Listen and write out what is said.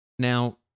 Now